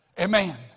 Amen